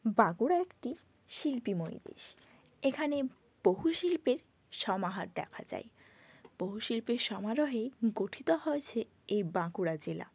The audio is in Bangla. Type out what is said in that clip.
বাঁকুড়া একটি শিল্পীময়ী দেশ এখানে বহু শিল্পের সমাহার দেখা যায় বহু শিল্পের সমারহে গঠিত হয়েছে এই বাঁকুড়া জেলা